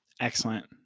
Excellent